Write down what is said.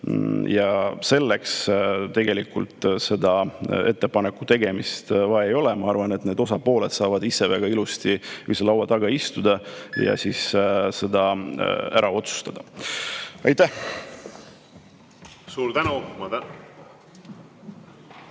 Aga selleks tegelikult seda ettepaneku tegemist vaja ei ole. Ma arvan, et need osapooled saavad ise väga ilusti ühise laua taga istuda ja selle ära otsustada. Aitäh! … kas